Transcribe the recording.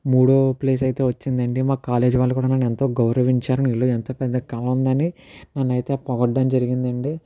మూడో ప్లేస్ అయితే వచ్చిందండి మా కాలేజీ వాళ్ళు కూడా నన్ను ఎంతో గౌరవించారు నీలో ఎంత పెద్ద కళ ఉందని నన్ను అయితే పొగడడం జరిగింది అండి